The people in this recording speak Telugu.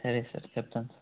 సరే సార్ చెప్తాను సార్